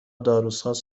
داروساز